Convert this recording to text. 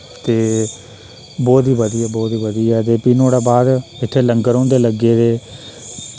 ते बहुत ही बधिया बहुत ही बधिया ते फ्ही नुआढ़े बाद इत्थै लंगर होंदे लग्गे दे